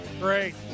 great